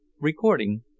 recording